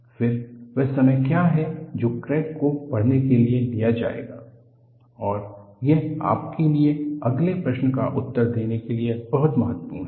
फिर वह समय क्या है जो क्रैक को बढ़ने के लिए लिया जाएगा और यह आपके लिए अगले प्रश्न का उत्तर देने के लिए बहुत महत्वपूर्ण है